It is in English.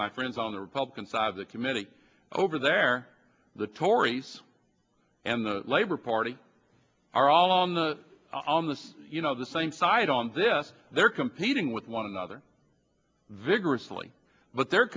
my friends on the republican side of the committee over there the tories and the labor party are all on the on this you know the same side on this they're competing with one another vigorously but they're